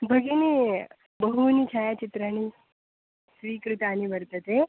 भगिनी बहूनि छायाचित्राणि स्वीकृतानि वर्तते